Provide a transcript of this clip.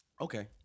Okay